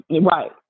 right